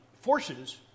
forces